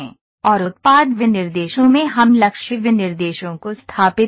और उत्पाद विनिर्देशों में हम लक्ष्य विनिर्देशों को स्थापित करते हैं